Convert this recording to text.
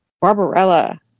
Barbarella